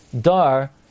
dar